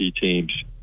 teams